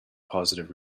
positive